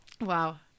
wow